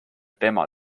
tema